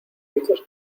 rizos